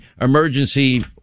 emergency